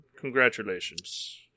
Congratulations